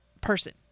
person